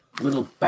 little